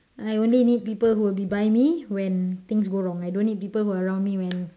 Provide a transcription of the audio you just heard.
I only need people who will be by me when things go wrong I don't need people who are around me when